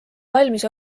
valmis